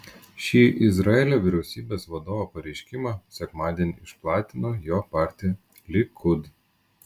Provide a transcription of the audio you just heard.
šį izraelio vyriausybės vadovo pareiškimą sekmadienį išplatino jo partija likud